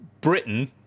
Britain